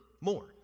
More